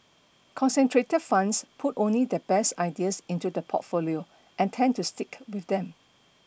concentrated funds put only their best ideas into the portfolio and tend to stick with them